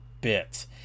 bit